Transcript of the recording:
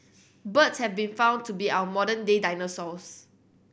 birds have been found to be our modern day dinosaurs